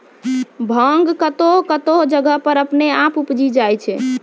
भांग कतौह कतौह जगह पर अपने आप उपजी जाय छै